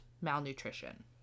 malnutrition